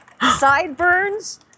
Sideburns